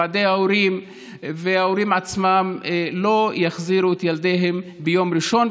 ועדי ההורים וההורים עצמם לא יחזירו את הילדים ביום ראשון,